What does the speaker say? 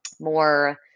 more